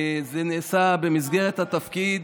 זה נעשה במסגרת התפקיד,